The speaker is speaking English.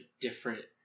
different